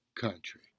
country